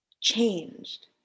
changed